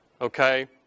Okay